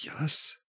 Yes